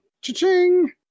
Cha-ching